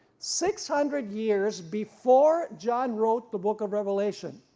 six hundred years before john wrote the book of revelation,